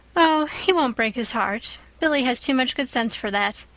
oh, he won't break his heart. billy has too much good sense for that.